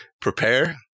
Prepare